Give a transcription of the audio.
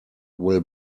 will